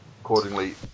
accordingly